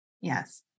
Yes